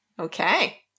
Okay